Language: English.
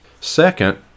Second